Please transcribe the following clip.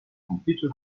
computer